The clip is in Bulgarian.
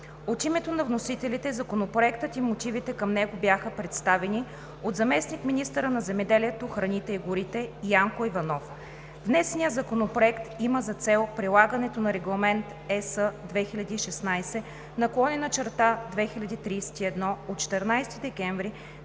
От името на вносителите Законопроектът и мотивите към него бяха представени от заместник-министъра на земеделието, храните и горите – Янко Иванов. Внесеният законопроект има за цел прилагането на Регламент (ЕС) 2016/2031 от 14 декември